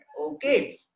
Okay